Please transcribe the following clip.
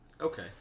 Okay